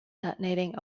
detonating